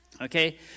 Okay